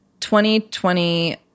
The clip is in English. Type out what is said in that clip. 2020